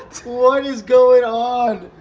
what is going on!